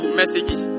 messages